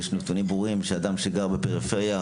יש נתונים ברורים שאדם שגר בפריפריה,